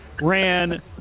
ran